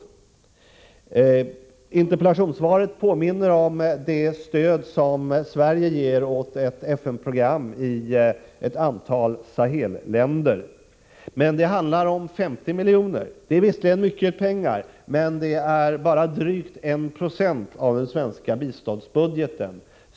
I interpellationssvaret påminns om det stöd som Sverige ger åt ett FN-program i ett antal Sahelländer. Det handlar om 50 milj.kr. Det är visserligen mycket pengar, men det motsvarar bara drygt 126 av den svenska biståndsbudgeten.